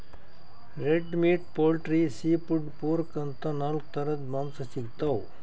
red meat, poultry, seafood, pork ಅಂತಾ ನಾಲ್ಕ್ ಥರದ್ ಮಾಂಸಾ ಸಿಗ್ತವ್